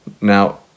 Now